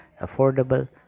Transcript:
affordable